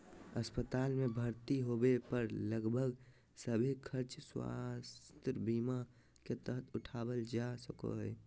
अस्पताल मे भर्ती होबे पर लगभग सभे खर्च स्वास्थ्य बीमा के तहत उठावल जा सको हय